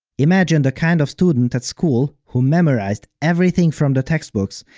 imagine the kind of student at school who memorized everything from the textbooks,